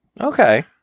Okay